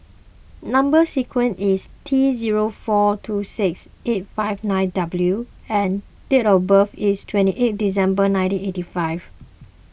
Number Sequence is T zero four two six eight five nine W and date of birth is twenty eight December nineteen eighty five